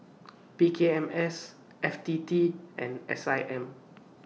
P K M S F T T and S I M